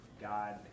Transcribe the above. God